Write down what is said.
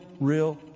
real